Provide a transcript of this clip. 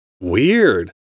Weird